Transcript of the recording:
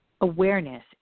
awareness